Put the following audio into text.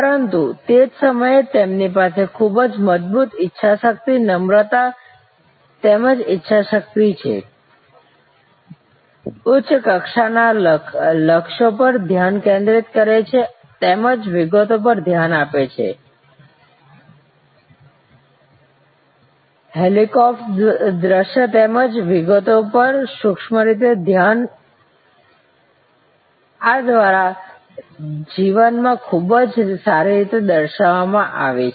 પરંતુ તે જ સમયે તેમની પાસે ખૂબ જ મજબૂત ઇચ્છાશક્તિ નમ્રતા તેમજ ઇચ્છાશક્તિ છે ઉચ્ચા કક્ષા ના લક્ષ્યો પર ધ્યાન કેન્દ્રિત કરે છે તેમજ વિગતો પર ધ્યાન આપે છે હેલિકોપ્ટર દૃશ્ય તેમજ વિગતો પર સૂક્ષ્મ રીતે ધ્યાન આ દ્વૈતતાને જીવનમાં ખૂબ સારી રીતે દર્શાવવામાં આવી છે